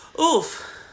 Oof